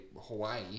Hawaii